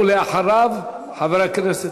אחריו, חבר הכנסת,